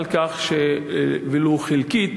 שמח, ולו חלקית,